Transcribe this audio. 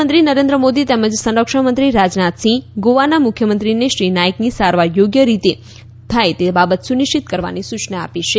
પ્રધાનમંત્રી નરેન્દ્ર મોદી તેમજ સરક્ષણ મંત્રી રાજનાથસિંહ ગોવાના મુખ્યમંત્રીને શ્રી નાઇકની સારવાર યોગ્ય રીતે તે બાબત સુનિશ્ચિત કરવાની સૂચના આપી છે